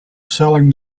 selling